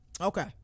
Okay